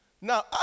Now